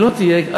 היא לא תהיה, א.